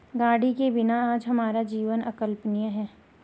गाड़ी के बिना आज हमारा जीवन अकल्पनीय है